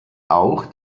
auch